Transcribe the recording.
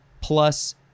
plus